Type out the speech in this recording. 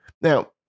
Now